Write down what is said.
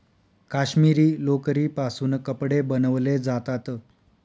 काश्मिरी लोकरीपासून कपडे बनवले जातात